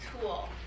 tool